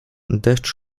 deszcz